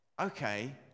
okay